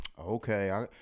okay